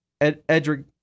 Edric